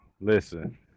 listen